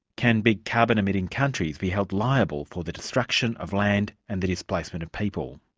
can big carbon emitting countries be held liable for the destruction of land and the displacement of people?